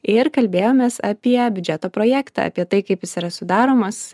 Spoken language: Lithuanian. ir kalbėjomės apie biudžeto projektą apie tai kaip jis yra sudaromas